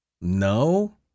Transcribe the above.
No